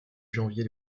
janvier